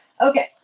Okay